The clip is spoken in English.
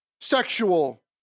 Sexual